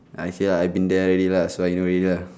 I say lah I've been there already lah so I know already lah